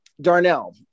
Darnell